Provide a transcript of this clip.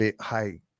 high